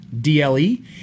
D-L-E